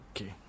Okay